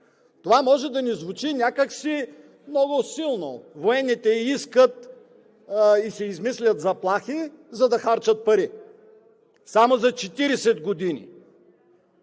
Това може да ни звучи някак си много силно – военните искат и си измислят заплахи, за да харчат пари. Само за 40 години